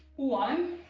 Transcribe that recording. one.